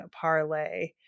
parlay